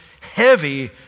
heavy